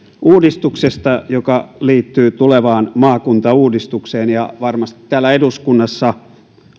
uudistuksesta joka liittyy tulevaan maakuntauudistukseen varmasti täällä eduskunnassa